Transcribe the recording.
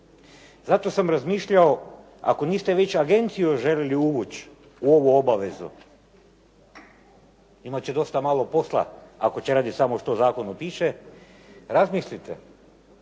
Zato sam razmišljao ako niste već agenciju željeli uvući u ovu obavezu imat će dosta malo posla ako će raditi što u zakonu piše. Razmislite